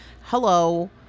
hello